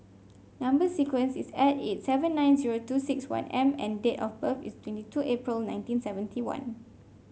number sequence is S eight seven nine zero two six one M and date of birth is twenty two April nineteen seventy one